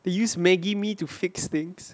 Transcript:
they use Maggie mee to fix things